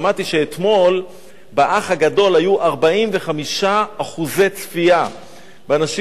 שמעתי שאתמול היו ב"אח הגדול" 45% צפייה באנשים